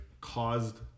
caused